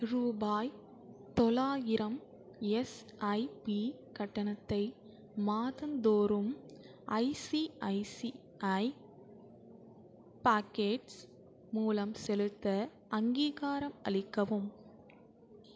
ரூபாய் தொள்ளாயிரம் எஸ்ஐபி கட்டணத்தை மாதந்தோறும் ஐசிஐசிஐ பாக்கெட்ஸ் மூலம் செலுத்த அங்கீகாரம் அளிக்கவும்